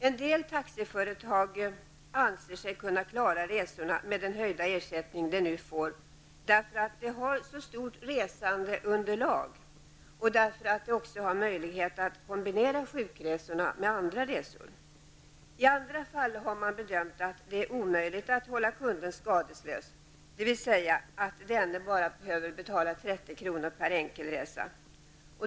En del taxiföretag anser sig klara av resorna med den höjda ersättning de nu får. De har ett stort resandeunderlag, och de har möjlighet att kombinera sjukresorna med andra resor. I andra fall har man bedömt att det är omöjligt att hålla kunden skadeslös, dvs. att denne bara behöver betala 30 kr. per enkel resa.